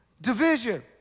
division